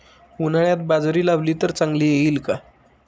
उन्हाळ्यात बाजरी लावली तर चांगली येईल का?